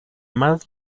más